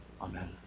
Amen